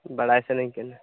ᱵᱟᱲᱟᱭ ᱥᱟᱱᱟᱧ ᱠᱟᱱᱟ